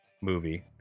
movie